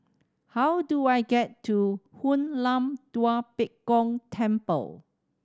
how do I get to Hoon Lam Tua Pek Kong Temple